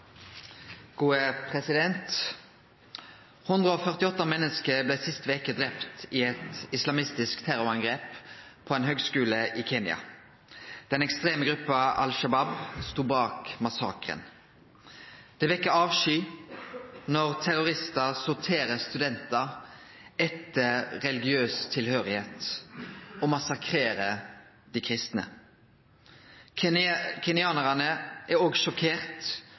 ein høgskule i Kenya. Den ekstreme gruppa Al Shabaab stod bak massakren. Det vekkjer avsky når terroristar sorterer studentar etter religion og massakrerer dei kristne. Kenyanarane er